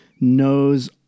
knows